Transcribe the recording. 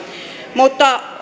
mutta